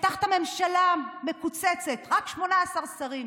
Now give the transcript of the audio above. הבטחת הממשלה מקוצצת, רק 18 שרים?